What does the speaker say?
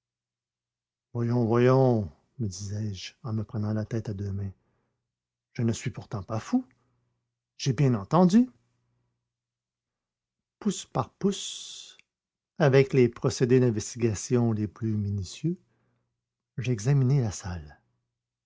voyons voyons me disais-je en me prenant la tête à deux mains je ne suis pourtant pas un fou j'ai bien entendu pouce par pouce avec les procédés d'investigation les plus minutieux j'examinai la salle